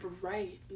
right